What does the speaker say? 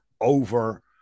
over